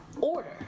order